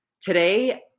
Today